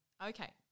Okay